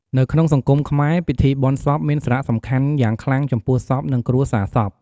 នៅក្នុងសង្គមខ្មែរ ពិធីបុណ្យសពមានសារៈសំខាន់យ៉ាងខ្លាំងចំពោះសព និងគ្រួសារសព។